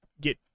Get